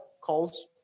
calls